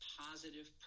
positive